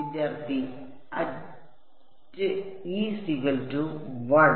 വിദ്യാർത്ഥിAt